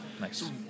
nice